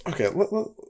Okay